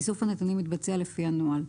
איסוף הנתונים יתבצע לפי הנוהל.